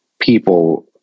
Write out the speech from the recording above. people